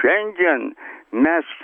šiandien mes